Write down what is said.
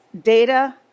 data